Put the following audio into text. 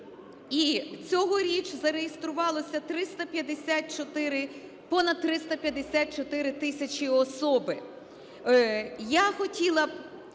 і цьогоріч зареєструвалося понад 354 тисячі особи.